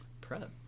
prep